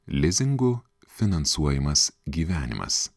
lizingu finansuojamas gyvenimas